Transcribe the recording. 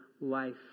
life